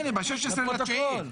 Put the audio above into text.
הנה ב-16.9.